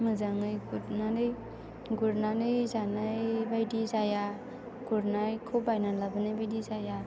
मोजाङै गुरनानै जानाय बायदि जाया गुरनायखौ बायना लाबोनाय बायदि जाया